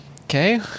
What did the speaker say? Okay